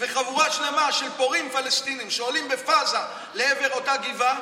וחבורה שלמה של פורעים פלסטינים שעולים בפאזה לעבר אותה גבעה,